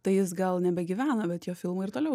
tai jis gal nebegyvena bet jo filmai ir toliau